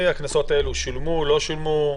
והקנסות האלה שולמו או לא שולמו?